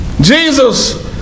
Jesus